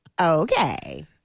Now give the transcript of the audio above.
Okay